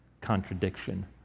contradiction